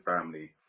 family